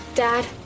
Dad